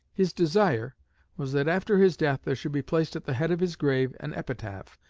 his desire was that after his death there should be placed at the head of his grave an epitaph,